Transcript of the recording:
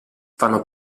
fanno